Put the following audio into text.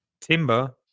Timber